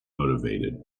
motivated